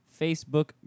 Facebook